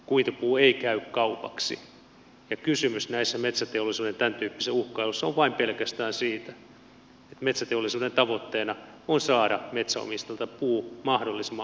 kuitupuu ei käy kaupaksi ja kysymys metsäteollisuuden tämäntyyppisessä uhkailussa on pelkästään siitä että metsäteollisuuden tavoitteena on saada metsänomistajalta puu mahdollisimman alhaisella hinnalla